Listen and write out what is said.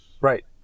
Right